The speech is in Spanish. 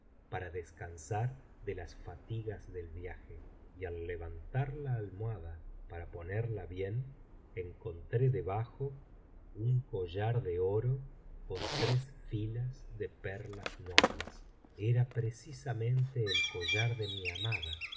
para descansar de las fatigas del viaje y al levantar la almohada para ponerla bien encontré debajo un collar de oro con tres filas de perlas nobles era precisamente el collar de mi amada